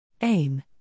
AIM